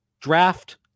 draft